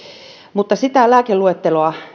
mutta sitä lääkeluetteloa